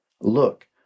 look